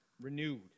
renewed